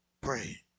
pray